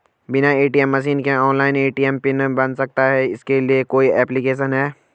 बिना ATM machine के online ATM pin बन सकता है इसके लिए कोई ऐप्लिकेशन है?